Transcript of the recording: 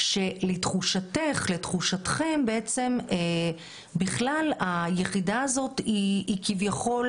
שלתחושתכם בכלל היחידה הזאת היא כביכול